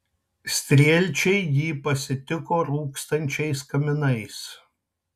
strielčiai jį pasitiko rūkstančiais kaminais